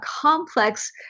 complex